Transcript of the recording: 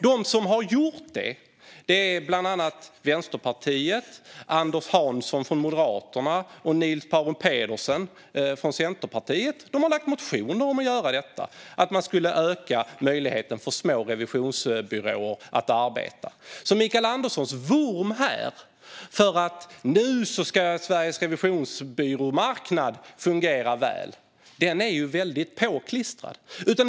De som har gjort det är bland annat Vänsterpartiet, Anders Hansson från Moderaterna och Niels Paarup-Petersen från Centerpartiet. De har väckt motioner om att öka möjligheten för små revisionsbyråer att arbeta. Mikael Eskilanderssons vurm för att Sveriges revisionsbyråmarknad nu ska fungera väl är påklistrad.